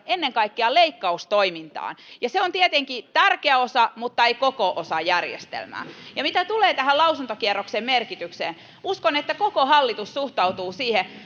ennen kaikkea leikkaustoimintaan se on tietenkin tärkeä osa mutta ei ainoa osa järjestelmää mitä tulee lausuntokierroksen merkitykseen uskon että koko hallitus suhtautuu siihen